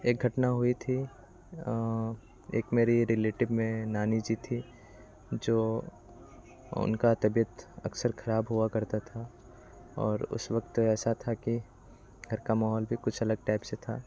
एक घटना हुई थी एक मेरी रिलेटिव में नानी जी थीं जो उनकी तबीयत अक्सर खराब हुआ करती थी और उस वक़्त ऐसा था कि घर का माहौल भी कुछ अलग टाइप से था